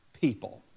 people